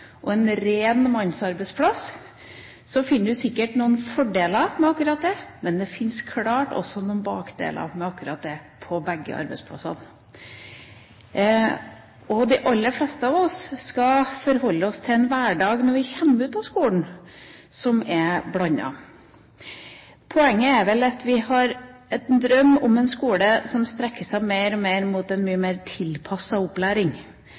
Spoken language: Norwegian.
en ren mannsarbeidsplass, finner man sikkert noen fordeler, men også noen ulemper på begge arbeidsplassene. De aller fleste skal forholde seg til en hverdag når man kommer ut av skolen, der man er blandet. Poenget er vel at vi har en drøm om en skole som strekker seg mer og mer mot en mye mer tilpasset opplæring,